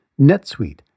NetSuite